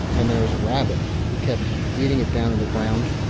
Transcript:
and there was a rabbit who kept eating it down to the ground.